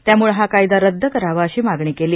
त्याम्ळ हा कायदा रद्द करावा अशी मागणी केली